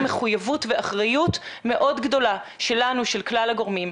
מחויבות ואחריות מאוד גדולה שלנו של כלל הגורמים.